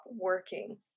working